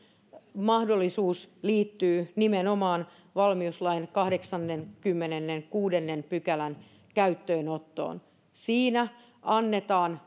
mahdollisuus liittyy nimenomaan valmiuslain kahdeksannenkymmenennenkuudennen pykälän käyttöönottoon siinä annetaan